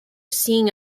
seeing